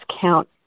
count